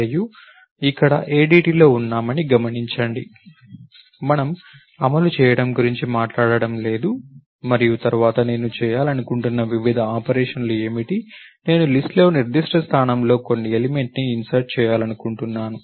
మనము ఇక్కడ ADTలో ఉన్నామని గమనించండి మనము అమలు చేయడం గురించి మాట్లాడలేదు మరియు తర్వాత నేను చేయాలనుకుంటున్న వివిధ ఆపరేషన్లు ఏమిటి నేను లిస్ట్ లో నిర్దిష్ట స్థానంలో కొన్ని ఎలిమెంట్ ని ఇన్సర్ట్ చేయాలనుకుంటున్నాను